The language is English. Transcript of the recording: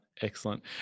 excellent